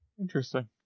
Interesting